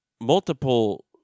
multiple